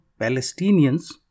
Palestinians